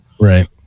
Right